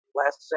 last